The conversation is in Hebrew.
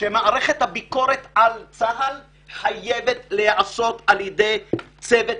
שמערכת הביקורת על צה"ל חייבת להיעשות על ידי צוות